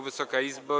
Wysoka Izbo!